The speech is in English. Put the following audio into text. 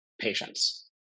patients